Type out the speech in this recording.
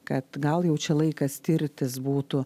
kad gal jau čia laikas tirtis būtų